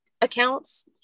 accounts